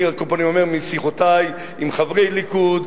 אני אומר משיחותי עם חברי ליכוד,